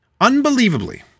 Unbelievably